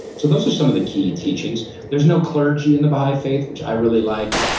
so those are some of the key teachings. there's no clergy in the baha'i faith, which i really like.